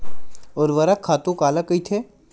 ऊर्वरक खातु काला कहिथे?